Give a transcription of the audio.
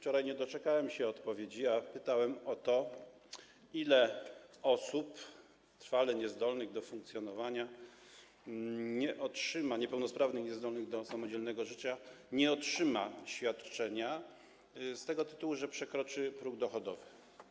Wczoraj nie doczekałem się odpowiedzi, a pytałem o to, ile osób trwale niezdolnych do funkcjonowania, niepełnosprawnych, niezdolnych do samodzielnego życia nie otrzyma świadczenia z tego powodu, że przekroczy próg dochodowy.